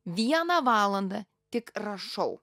vieną valandą tik rašau